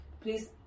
Please